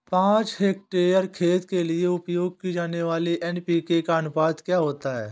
पाँच हेक्टेयर खेत के लिए उपयोग की जाने वाली एन.पी.के का अनुपात क्या होता है?